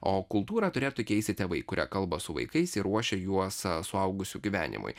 o kultūrą turėtų keisti tėvai kurie kalba su vaikais ir ruošia juos suaugusių gyvenimui